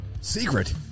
secret